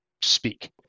speak